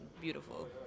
beautiful